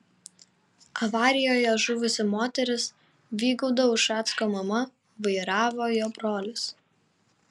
avarijoje žuvusi moteris vygaudo ušacko mama vairavo jo brolis